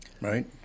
right